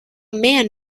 man